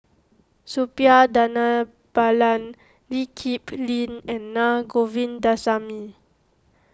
Suppiah Dhanabalan Lee Kip Lin and Na Govindasamy